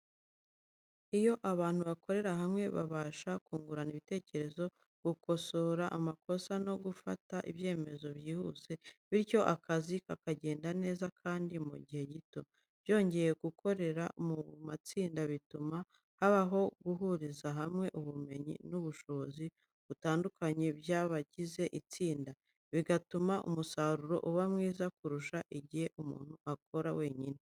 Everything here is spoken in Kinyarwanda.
Iyo abantu bakorera hamwe, babasha kungurana ibitekerezo, gukosora amakosa no gufata ibyemezo byihuse, bityo akazi kakagenda neza kandi mu gihe gito. Byongeye, gukorera mu matsinda bituma habaho guhuriza hamwe ubumenyi n'ubushobozi butandukanye by'abagize itsinda, bigatuma umusaruro uba mwiza, kurusha igihe umuntu akora wenyine.